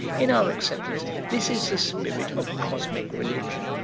in our acceptance this is the spirit of cosmic religion.